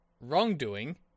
wrongdoing